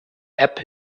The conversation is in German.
app